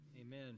Amen